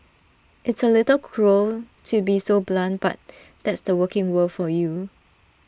it's A little cruel to be so blunt but that's the working world for you